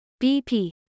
BP